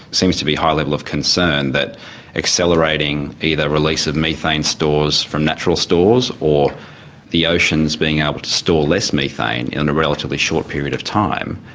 seems to be a high level of concern that accelerating either release of methane stores from natural stores or the oceans being able to store less methane in a relatively short period of time,